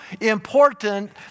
important